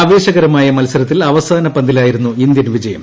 ആവേശകരമായ മത്സരത്തിൽ അവസാന പന്തിലായിരുന്നു ഇന്ത്യൻ വിജയം